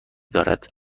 دارد